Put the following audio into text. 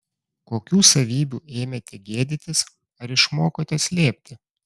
kokių savybių ėmėte gėdytis ar išmokote slėpti